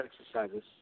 exercises